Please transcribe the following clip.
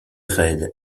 raides